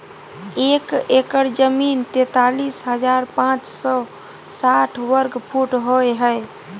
एक एकड़ जमीन तैंतालीस हजार पांच सौ साठ वर्ग फुट होय हय